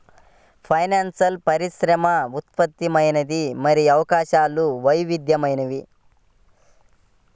finance పరిశ్రమ విస్తృతమైనది మరియు అవకాశాలు వైవిధ్యమైనవి